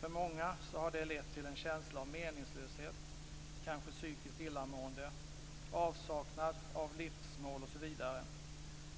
För många har det lett till en känsla av meningslöshet, kanske psykiskt illamående, avsaknad av livsmål osv.